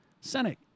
Senate